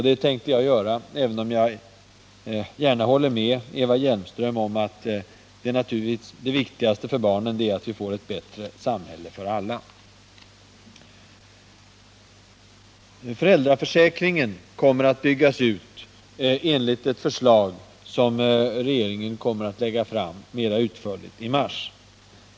Det tänker jag göra, även om jag gärna håller med Eva Hjelmström om att det viktigaste för barnen är att vi får ett bättre samhälle för alla. Föräldraförsäkringen skall byggas ut enligt ett förslag som regeringen kommer att lägga fram mera utförligt i mars.